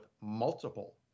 multiple